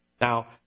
Now